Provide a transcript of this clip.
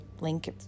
link